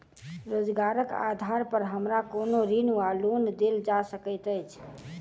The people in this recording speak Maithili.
रोजगारक आधार पर हमरा कोनो ऋण वा लोन देल जा सकैत अछि?